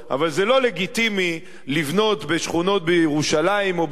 אבל זה לא לגיטימי לבנות בשכונות בירושלים או ביהודה